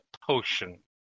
potion